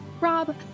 Rob